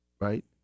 right